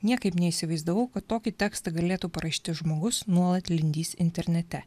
niekaip neįsivaizdavau kad tokį tekstą galėtų parašyti žmogus nuolat lingys internete